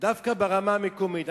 דווקא ברמה המקומית.